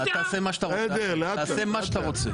תעשה מה שאתה רוצה.